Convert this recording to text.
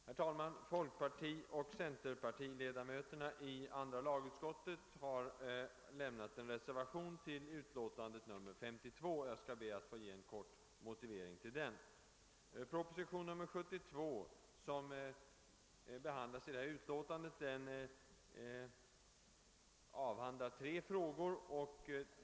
Herr talman! Folkpartioch centerpartiledamöterna i andra lagutskottet har fogat två reservationer till utlåtande nr 52. Jag skall be att få ge en kort motivering till dem. Propositionen 72, som behandlas i utlåtandet, behandlar tre olika frågor.